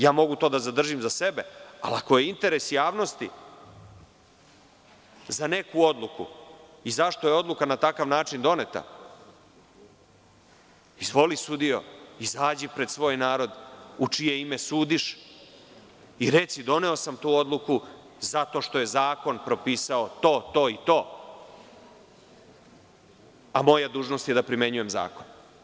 Ja mogu to da zadržim za sebe, ali ako je interes javnosti za neku odluku i zašto je odluka na takav način doneta, izvoli sudijo, izađi pred svoj narod, u čije ime sudiš, i reci – doneo sam tu odluku zato što je zakon propisao to, to i to, a moja dužnost je da primenjujem zakon.